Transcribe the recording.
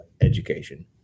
education